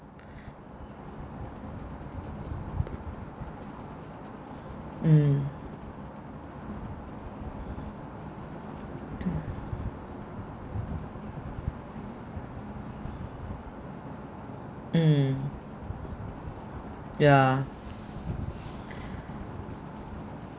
mm mm ya